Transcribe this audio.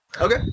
Okay